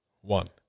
One